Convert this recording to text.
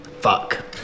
Fuck